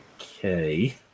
Okay